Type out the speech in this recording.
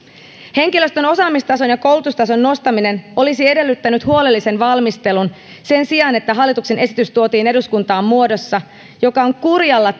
henkilöstön osaamistason ja koulutustason nostaminen olisi edellyttänyt huolellista valmistelua sen sijaan että hallituksen esitys tuotiin eduskuntaan muodossa joka on kurjalla